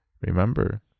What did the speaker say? Remember